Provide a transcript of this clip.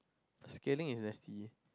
skading is nasty